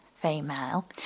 female